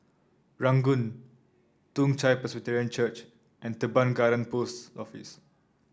Ranggung Toong Chai Presbyterian Church and Teban Garden Post Office